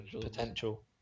potential